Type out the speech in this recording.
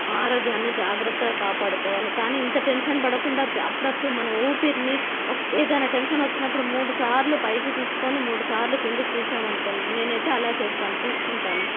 ఆరోగ్యాన్ని జాగ్రత్తగా కాపాడుకోవాలి కానీ ఇంత టెన్షన్ పడకుండా అప్పుడప్పుడు మనం ఊపిరిని ఏదైనా టెన్షన్ వచ్చినప్పుడు మూడుసార్లు పైకి తీసుకొని మూడుసార్లు కిందికి తీసాం అనుకోండి నేను అయితే అలా చేస్తాను తీసుకుంటాను